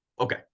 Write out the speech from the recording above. okay